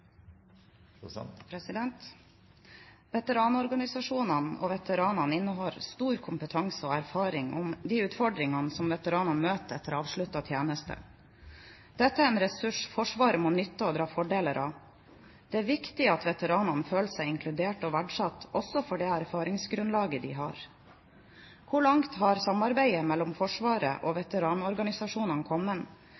og veteranene innehar stor kompetanse og erfaring med de utfordringer veteraner møter etter avsluttet tjeneste. Dette er en ressurs Forsvaret må nytte og dra fordeler av. Det er viktig at veteranene føler seg inkludert og verdsatt også for det erfaringsgrunnlag de har. Hvor langt har samarbeidet mellom Forsvaret og